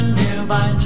nearby